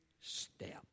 step